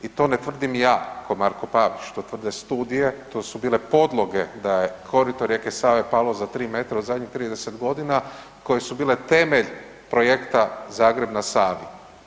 I to ne tvrdim ja ko Marko Pavić, to tvrde studije, to su bile podloge da je korito rijeke Save palo za 3 metra u zadnjih 30 godina koje su bile temelj projekta Zagreb na Savi.